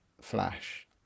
flash